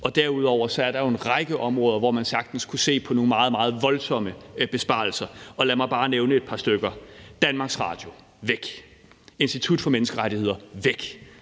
Derudover er der jo en række områder, hvor man sagtens kunne se på nogle meget, meget voldsomme besparelser, og lad mig bare nævne et par stykker: DR, væk; Institut for Menneskerettigheder, væk;